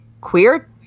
queer